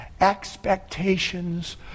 expectations